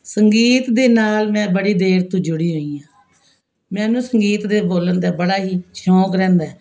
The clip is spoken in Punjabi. ਸੰਗੀਤ ਦੇ ਨਾਲ ਮੈਂ ਬੜੀ ਦੇਰ ਤੋਂ ਜੁੜੀ ਹੋਈ ਹਾਂ ਮੈਨੂੰ ਸੰਗੀਤ ਦੇ ਬੋਲਣ ਦਾ ਬੜਾ ਹੀ ਸ਼ੋਂਕ ਰਹਿੰਦਾ